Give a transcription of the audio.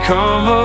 Come